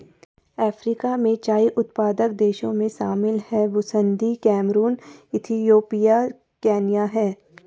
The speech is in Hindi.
अफ्रीका में चाय उत्पादक देशों में शामिल हैं बुसन्दी कैमरून इथियोपिया केन्या है